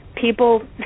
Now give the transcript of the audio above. People